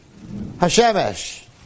hashemesh